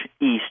east